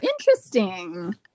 interesting